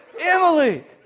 emily